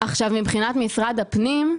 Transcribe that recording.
מבחינת משרד הפנים,